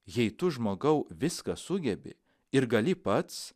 jei tu žmogau viską sugebi ir gali pats